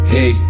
Hey